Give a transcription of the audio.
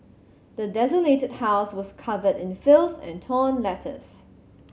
the desolated house was covered in filth and torn letters